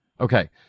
Okay